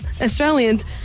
Australians